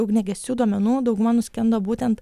ugniagesių duomenų dauguma nuskendo būtent